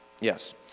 yes